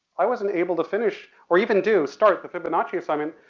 i wasn't able to finish or even do, start the fibonacci assignment,